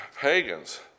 pagans